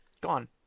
Gone